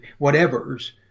whatevers